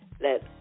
let